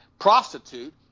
prostitute